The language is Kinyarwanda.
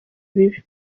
bibi